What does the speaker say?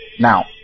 Now